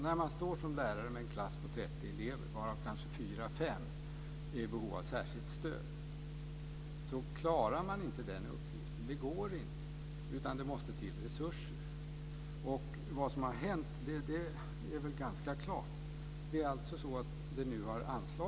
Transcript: När man står som lärare med en klass på 30 elever, varav kanske fyra fem är i behov av särskilt stöd, klarar man inte den uppgiften. Det går inte. Det måste till resurser. Vad som har hänt är väl ganska klart. Det har nu anslagits resurser.